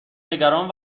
نگران